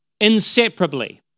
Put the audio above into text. inseparably